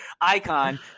icon